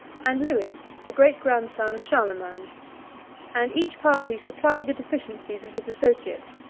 and lewis the great-grandson of charlemagne and each party supplied the deficiencies of his associate.